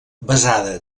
basada